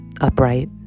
upright